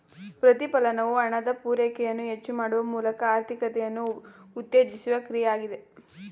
ಪ್ರತಿಫಲನವು ಹಣದ ಪೂರೈಕೆಯನ್ನು ಹೆಚ್ಚು ಮಾಡುವ ಮೂಲಕ ಆರ್ಥಿಕತೆಯನ್ನು ಉತ್ತೇಜಿಸುವ ಕ್ರಿಯೆ ಆಗಿದೆ